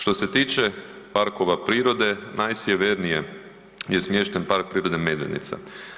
Što se tiče parkova prirode najsjevernije je smješten Park prirode „Medvednica“